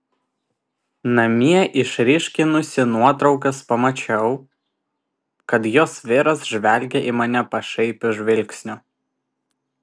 namie išryškinusi nuotraukas pamačiau kad jos vyras žvelgia į mane pašaipiu žvilgsniu